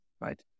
right